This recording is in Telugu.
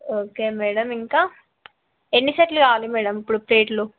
ఓకే మేడమ్ ఇంకా ఎన్నిసెట్లు కావాలి మేడమ్ ఇప్పుడు ప్లేట్లు